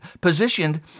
positioned